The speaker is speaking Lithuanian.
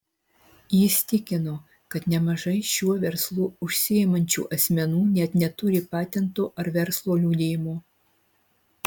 jis tikino kad nemažai šiuo verslu užsiimančių asmenų net neturi patento ar verslo liudijimo